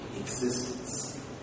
existence